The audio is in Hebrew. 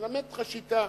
אני אלמד אותך שיטה.